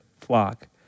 flock